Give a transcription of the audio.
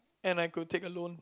and I could take a loan